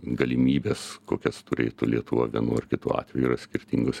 galimybes kokias turėtų lietuva vienu ar kitu atveju yra skirtingos